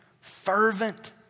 fervent